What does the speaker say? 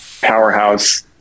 powerhouse